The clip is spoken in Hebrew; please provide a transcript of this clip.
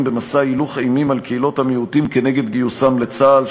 במסע הילוך אימים על קהילות המיעוטים נגד גיוסם לצה"ל,